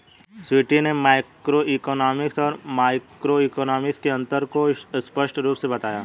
स्वीटी ने मैक्रोइकॉनॉमिक्स और माइक्रोइकॉनॉमिक्स के अन्तर को स्पष्ट रूप से बताया